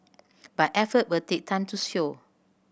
but effort will take time to show